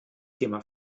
thema